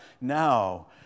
now